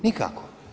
Nikako.